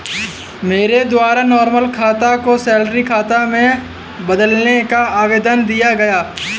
मेरे द्वारा नॉर्मल खाता को सैलरी खाता में बदलने का आवेदन दिया गया